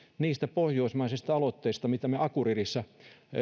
niistä pohjoismaisista aloitteista mitä me esimerkiksi akureyrissa